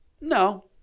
No